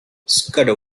scudder